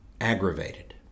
aggravated